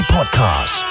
Podcast